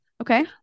okay